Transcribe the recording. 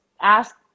ask